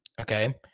Okay